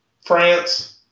France